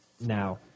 now